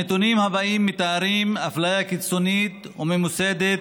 הנתונים הבאים מתארים אפליה קיצונית וממוסדת